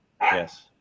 yes